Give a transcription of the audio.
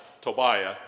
Tobiah